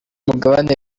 mugabane